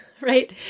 right